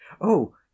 Oh